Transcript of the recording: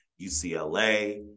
UCLA